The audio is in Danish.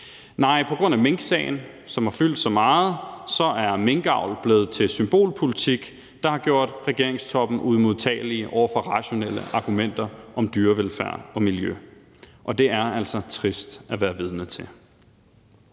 Nej, på grund af minksagen, som har fyldt så meget, er minkavl blevet til symbolpolitik, der har gjort regeringstoppen uimodtagelig over for rationelle argumenter om dyrevelfærd og miljø, og det er altså trist at være vidne til.